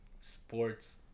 Sports